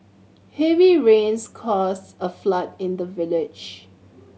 heavy rains caused a flood in the village